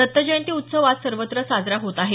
दत्त जयंती उत्सव आज सर्वत्र साजरा होत आहे